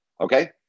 okay